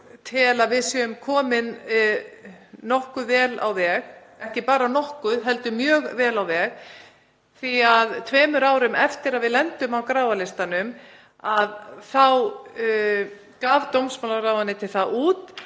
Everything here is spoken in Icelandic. tel að við séum komin nokkuð vel á veg, ekki bara nokkuð heldur mjög vel á veg því að tveimur árum eftir að við lentum á gráa listanum þá gaf dómsmálaráðuneytið út